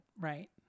Right